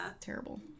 terrible